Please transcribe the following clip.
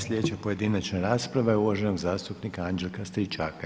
Sljedeća pojedinačna rasprava je uvaženog zastupnika Anđelka Stričaka.